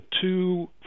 two